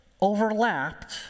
overlapped